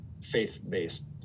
faith-based